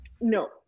No